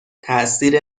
تاثیر